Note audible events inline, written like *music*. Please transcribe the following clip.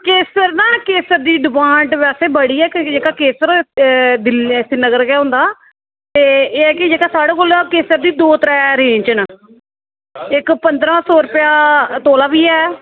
केसर ना केसर दी डिमांड वैसे बड़ी ऐ जेह्का केसर *unintelligible* श्रीनगर गै होंदा ऐ ते ऐ एह् के जेह्का साढ़े कोल केसर बी दो त्रै रेंज न इक पंदरां सौ रपेआ तोला बी ऐ